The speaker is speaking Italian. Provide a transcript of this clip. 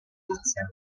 salvezza